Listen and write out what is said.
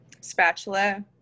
spatula